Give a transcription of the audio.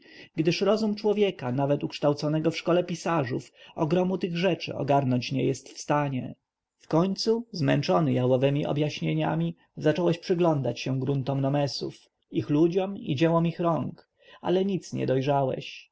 gdyż rozum człowieka nawet ukształconego w szkole pisarzów ogromu tych rzeczy ogarnąć nie jest w stanie wkońcu zmęczony jałowemi objaśnieniami zacząłeś przyglądać się gruntom nomesów ich ludziom i dziełom ich rąk ale nic nie dojrzałeś